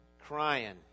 Crying